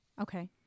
Okay